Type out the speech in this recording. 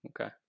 Okay